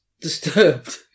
Disturbed